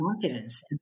confidence